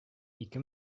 ике